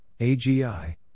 AGI